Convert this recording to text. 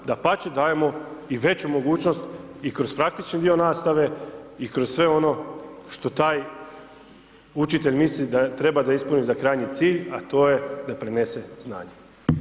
Dapače, dajemo i veću mogućnost i kroz praktični dio nastave i kroz sve ono što taj učitelj misli da treba da ispuni za krajnji cilj, a to je da prenese znanje.